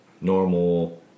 normal